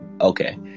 Okay